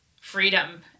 freedom